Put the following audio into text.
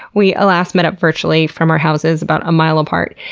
we alas met up virtually from our houses about a mile apart.